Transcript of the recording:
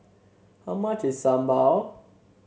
how much is sambal